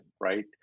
right